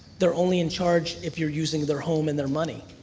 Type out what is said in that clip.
they're only in charge if you're using their home and their money.